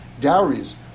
dowries